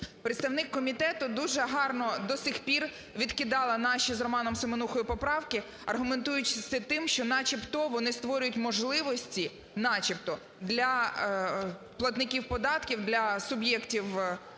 Представник комітету дуже гарно до сих пір відкидала наші з Романом Семенухою поправки, аргументуючи це тим, що начебто вони створюють можливості (начебто) для платників податків, для суб'єктів,